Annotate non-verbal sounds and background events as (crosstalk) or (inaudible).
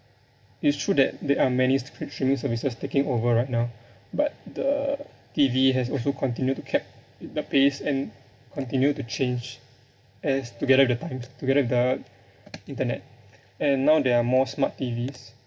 it's true that there are many subscription services taking over right now but uh T_V has also continued to kept the pace and continue to change and it's together with the times together with the (noise) internet and now there are more smart T_Vs